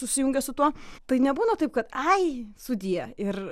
susijungia su tuo tai nebūna taip kad ai sudie ir